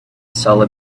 solid